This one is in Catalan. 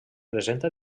presenta